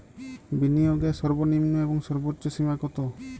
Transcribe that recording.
বিনিয়োগের সর্বনিম্ন এবং সর্বোচ্চ সীমা কত?